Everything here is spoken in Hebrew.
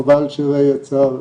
חבל שריי יצאה,